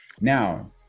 Now